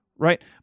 right